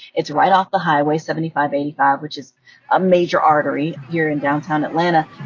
it's right off the highway, seventy five eighty five, which is a major artery here in downtown atlanta.